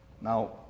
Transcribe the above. Now